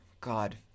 God